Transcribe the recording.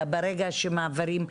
ברגע שמעבירים,